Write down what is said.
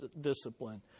discipline